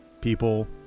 people